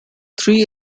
three